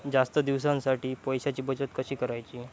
जास्त दिवसांसाठी पैशांची बचत कशी करायची?